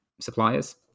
suppliers